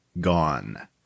gone